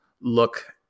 look